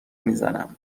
میزنم